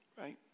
right